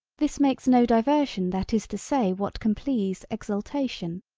this makes no diversion that is to say what can please exaltation,